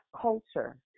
culture